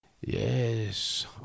yes